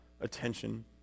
attention